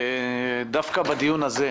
שדווקא בדיון הזה-